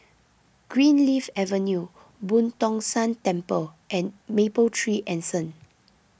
Greenleaf Avenue Boo Tong San Temple and Mapletree Anson